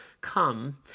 come